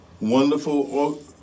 wonderful